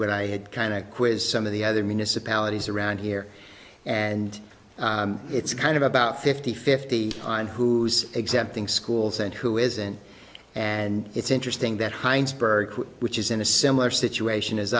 what i had kind of quiz some of the other municipalities around here and it's kind of about fifty fifty on who's exempting schools and who isn't and it's interesting that heinsberg which is in a similar situation